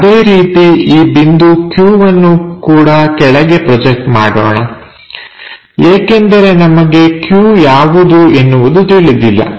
ಅದೇ ರೀತಿ ಈ ಬಿಂದು q ವನ್ನು ಕೂಡ ಕೆಳಗೆ ಪ್ರೊಜೆಕ್ಟ್ ಮಾಡೋಣ ಏಕೆಂದರೆ ನಮಗೆ q ಯಾವುದು ಎನ್ನುವುದು ತಿಳಿದಿಲ್ಲ